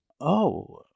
Oh